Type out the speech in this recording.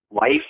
Life